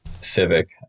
Civic